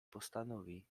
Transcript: postanowi